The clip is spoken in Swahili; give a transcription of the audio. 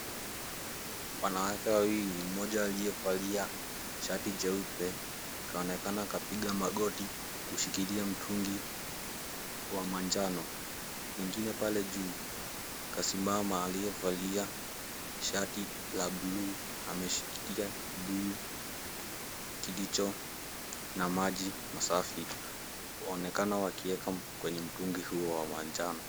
Wanawake wawili mmoja aliyevalia shati jeupe kaonekana kapiga magoti kushikilia mtungi wa manjano, mwingine pale juu kasimama aliyevalia shati la buluu ameshikilia kibuyu kilicho na maji masafi kuonekana wakieka kwenye mtungi huo wa manjano.